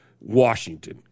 Washington